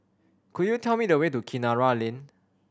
could you tell me the way to Kinara Lane